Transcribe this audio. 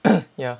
yeah